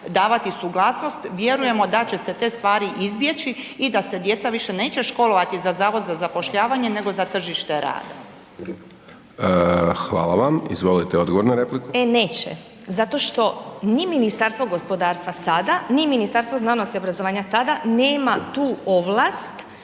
davati suglasnost vjerujemo da će se te stvari izbjeći i da se djeca više neće školovati za Zavod za zapošljavanje nego za tržište rada. **Hajdaš Dončić, Siniša (SDP)** Hvala. Odgovor, izvolite odgovor na repliku. **Glasovac, Sabina (SDP)** E neće, zato što ni Ministarstvo gospodarstva sada ni Ministarstvo znanosti i obrazovanja tada nema tu ovlast